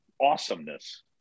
awesomeness